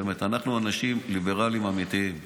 באמת אנחנו אנשים ליברליים אמיתיים.